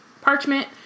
parchment